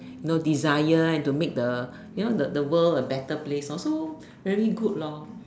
you know desire and to make the you know the the world a better place orh also very good lor